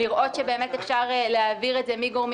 לראות שבאמת אפשר להעביר את זה מגורמים